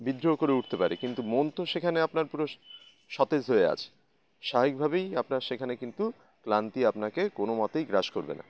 বিদ্রোহ করে উঠতে পারে কিন্তু মন তো সেখানে আপনার পুরো সতেজ হয়ে আছে স্বায়িকভাবেই আপনার সেখানে কিন্তু ক্লান্তি আপনাকে কোনো মতেই গ্রাস করবে না